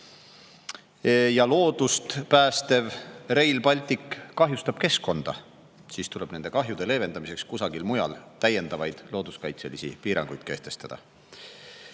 ja loodust päästev Rail Baltic kahjustab keskkonda, siis tuleb nende kahjude leevendamiseks kusagil mujal täiendavaid looduskaitselisi piiranguid kehtestada.